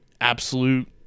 absolute